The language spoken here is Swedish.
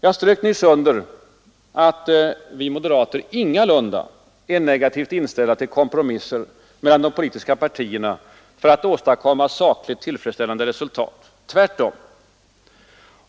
Jag strök nyss under att vi moderater ingalunda är negativt inställda till kompromisser mellan de politiska partierna för att åstadkomma sakligt tillfredställande resultat — tvärtom.